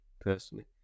personally